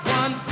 one